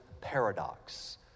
paradox